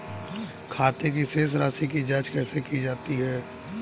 खाते की शेष राशी की जांच कैसे की जाती है?